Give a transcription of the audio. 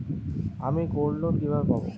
আমি গোল্ডলোন কিভাবে পাব?